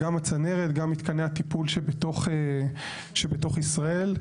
גם הצנרת, גם מתקני הטיפול שבתוך, שבתוך ישראל.